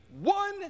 one